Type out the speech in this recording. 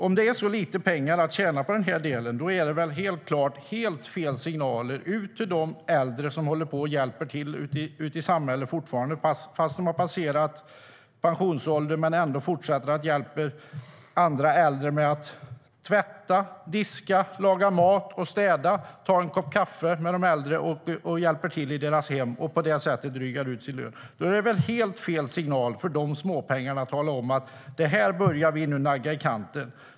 Om det finns så lite pengar att tjäna på den här delen, då är det väl helt klart helt fel signaler man skickar ut till de äldre som fortfarande håller på och hjälper till ute i samhället, som har passerat pensionsåldern men ändå fortsätter att hjälpa andra äldre med att tvätta, diska, laga mat, städa, ta en kopp kaffe med de äldre och hjälpa till i deras hem och på det sättet drygar ut sin lön. Då är det väl helt fel signal för de småpengarna att säga: Det här börjar vi nu nagga i kanten.